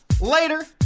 later